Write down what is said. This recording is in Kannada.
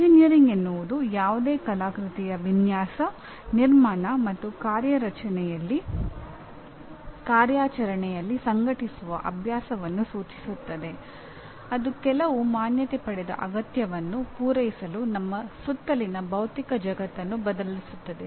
ಎಂಜಿನಿಯರಿಂಗ್ ಎನ್ನುವುದು ಯಾವುದೇ ಕಲಾಕೃತಿಯ ವಿನ್ಯಾಸ ನಿರ್ಮಾಣ ಮತ್ತು ಕಾರ್ಯಾಚರಣೆಯನ್ನು ಸಂಘಟಿಸುವ ಅಭ್ಯಾಸವನ್ನು ಸೂಚಿಸುತ್ತದೆ ಅದು ಕೆಲವು ಮಾನ್ಯತೆ ಪಡೆದ ಅಗತ್ಯವನ್ನು ಪೂರೈಸಲು ನಮ್ಮ ಸುತ್ತಲಿನ ಭೌತಿಕ ಜಗತ್ತನ್ನು ಬದಲಿಸುತ್ತದೆ